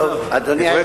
2. אם כן,